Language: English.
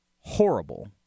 horrible